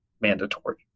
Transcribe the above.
mandatory